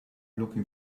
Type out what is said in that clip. looking